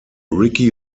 ricci